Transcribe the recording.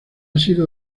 sido